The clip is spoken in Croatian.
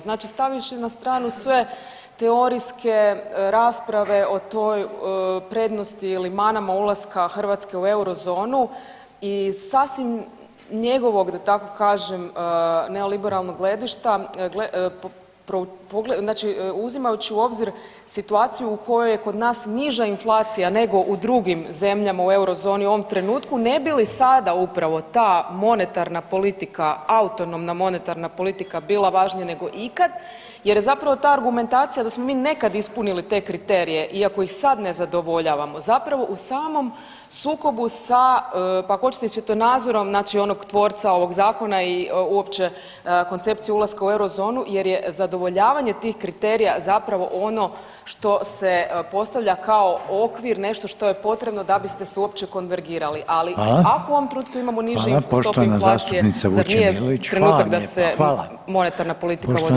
Znači stavivši na stranu sve teorijske rasprave o toj prednosti ili manama ulaska Hrvatske u Eurozonu i sasvim njegovog da tako kažem neoliberalnog gledišta, znači uzimajući u obzir situaciju u kojoj je kod nas niža inflacija nego u drugim zemljama u Eurozoni u ovom trenutku ne bi li sada upravo ta monetarna politika, autonomna monetarna politika bila važnija nego ikad jer zapravo ta argumentacija da smo mi nekada ispunili te kriterije iako ih sad ne zadovoljavamo zapravo u samom sukobu sa pa ako hoćete i svjetonazorom onog tvorca ovog zakona i uopće koncepcije ulaska u Eurozonu jer je zadovoljavanje tih kriterija zapravo ono što se postavlja kao okvir, nešto što je potrebno da biste se uopće konvergirali [[Upadica: Hvala.]] ali ako u ovom trenutku imamo nižu stopu inflacije zar nije trenutak [[Upadica: Hvala vam lijepa, hvala.]] da se monetarna politika vodi na drugi način.